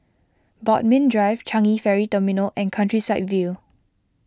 Bodmin Drive Changi Ferry Terminal and Countryside View